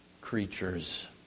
creatures